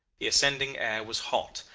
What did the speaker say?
the ascending air was hot,